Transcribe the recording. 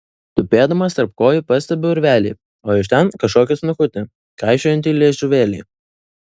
tupėdamas tarp kojų pastebiu urvelį o iš ten kažkokį snukutį kaišiojantį liežuvėlį